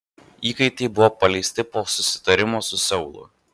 įkaitai buvo paleisti po susitarimo su seulu